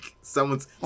Someone's